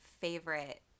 favorite